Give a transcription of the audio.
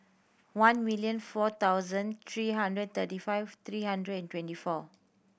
one million four thousand three hundred thirty five three hundred and twenty four